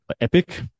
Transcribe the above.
epic